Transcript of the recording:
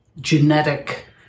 Genetic